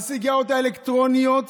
הסיגריות האלקטרוניות,